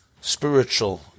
spiritual